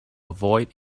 avoid